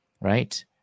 right